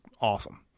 awesome